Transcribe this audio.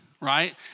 right